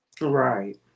right